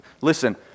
Listen